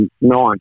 nine